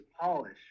polish